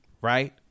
Right